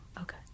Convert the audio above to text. Okay